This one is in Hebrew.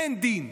אין דין,